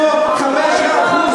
זו גזענות לשמה.